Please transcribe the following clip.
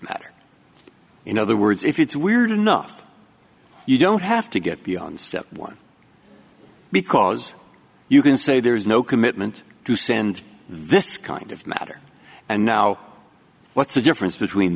matter in other words if it's weird enough you don't have to get beyond step one because you can say there is no commitment to send this kind of matter and now what's the difference between